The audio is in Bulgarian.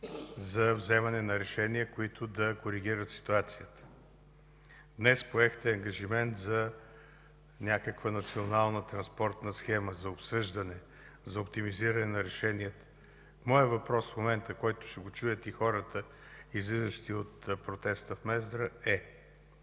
за взимане на решения, които да коригират ситуацията. Днес поехте ангажимент за някаква национална транспортна схема за обсъждане за оптимизиране на решенията. Моят въпрос в момента, който ще чуят и хората, излизащи от протеста в Мездра, е: